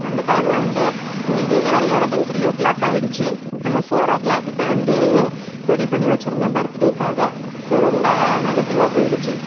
அந்த டைமில் வந்து எங்களுக்கு டெலிவரி ஆனதும் த்ரீ யோ கிளாக் ஆகிடுச்சு நாங்கள் ஃபோர் ஓ கிளாக் கிட்டே வந்து ரெடி பண்ணி வைச்சுருந்தோம் பர்த் டேவுக்காக ஸோ ரொம்ப நெகடிவ்வாக போயிடுச்சு